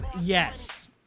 Yes